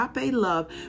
love